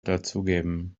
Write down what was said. dazugeben